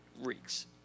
reeks